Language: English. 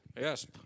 Yes